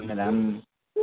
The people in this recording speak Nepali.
दाम